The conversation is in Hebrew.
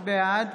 בעד